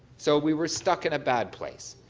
so we were stuck in a bad place.